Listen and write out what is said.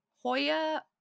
Hoya